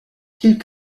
qu’ils